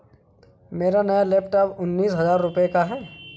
मेरा नया लैपटॉप उन्नीस हजार रूपए का है